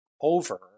over